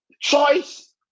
choice